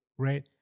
right